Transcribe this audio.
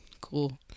Cool